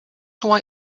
why